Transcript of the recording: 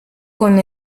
con